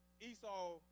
Esau